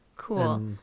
Cool